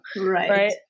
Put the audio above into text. Right